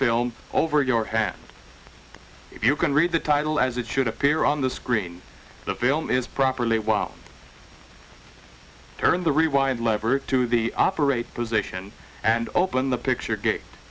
film over your hand if you can read the title as it should appear on the screen the film is properly wow turn the rewind lever to the operate position and open the picture aga